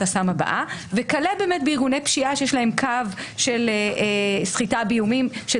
הסם הבאה וכלה באמת בארגוני פשיעה שיש להם קו של סחיטה באיומים.